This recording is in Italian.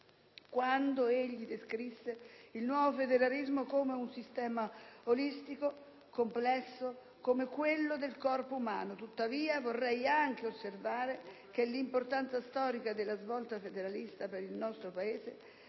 quando descrisse il nuovo federalismo come un sistema olistico, complesso come quello del corpo umano. Tuttavia, vorrei anche osservare che l'importanza storica della svolta federalista per il nostro Paese